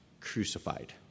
crucified